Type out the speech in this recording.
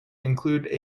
include